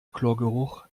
chlorgeruch